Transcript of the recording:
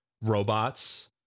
robots